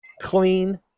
clean